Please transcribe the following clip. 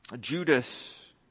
Judas